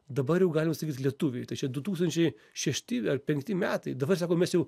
dabar jau galima sakyt lietuviai tai čia du tūkstančiai šešti ar penkti metai dabar sako mes jau